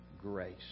grace